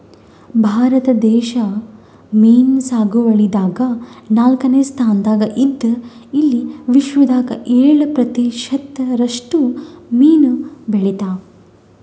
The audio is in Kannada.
ಭಾರತ ದೇಶ್ ಮೀನ್ ಸಾಗುವಳಿದಾಗ್ ನಾಲ್ಕನೇ ಸ್ತಾನ್ದಾಗ್ ಇದ್ದ್ ಇಲ್ಲಿ ವಿಶ್ವದಾಗ್ ಏಳ್ ಪ್ರತಿಷತ್ ರಷ್ಟು ಮೀನ್ ಬೆಳಿತಾವ್